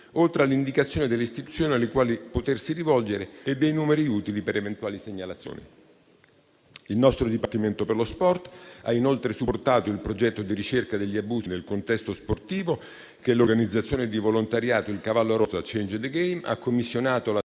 oltre all'indicazione delle istituzioni alle quali potersi rivolgere e dei numeri utili per eventuali segnalazioni. Il nostro Dipartimento per lo sport ha inoltre supportato il progetto di ricerca sugli abusi nel contesto sportivo che l'organizzazione di volontariato «Il cavallo rosa/ Change the game» ha commissionato alla